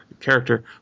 character